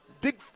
big